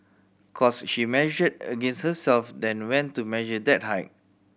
cos she measured against herself then went to measure that height